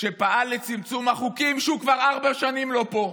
שפעל לצמצום החוקים, שהוא כבר ארבע שנים לא פה,